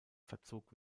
verzog